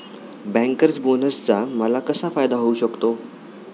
Bankers बोनसचा मला कसा फायदा होऊ शकतो?